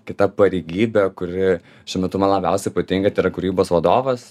kita pareigybė kuri šiuo metu man labiausiai patinka tai yra kūrybos vadovas